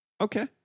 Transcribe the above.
Okay